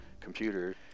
computer